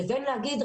לבין להגיד,